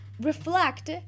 reflect